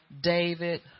David